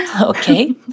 Okay